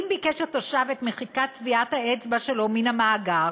אם ביקש התושב את מחיקת טביעת האצבע שלו מן המאגר,